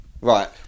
Right